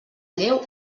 lleu